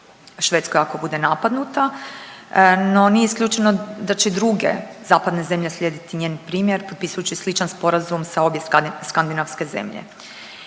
Švedskoj ako bude napadnuta. No, nije isključeno da će i druge zemlje zapadne zemlje slijediti njen primjer potpisujući sličan sporazum sa obje skandinavske zemlje.